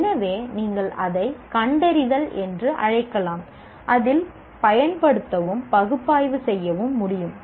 எனவே நீங்கள் அதை கண்டறிதல் என்று அழைக்கலாம் அதில் பயன்படுத்தவும் பகுப்பாய்வு செய்யவும் முடியும்